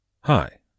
Hi